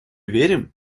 верим